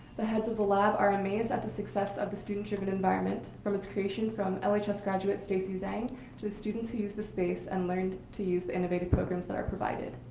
the heads of the lab are amazed at the success of the student driven environment, from its creation from like lhs graduate stacy zang to the students who use the space and learn to use the innovative programs that are provided.